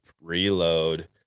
reload